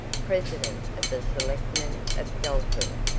president of the selectmen of dalton,